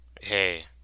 Hey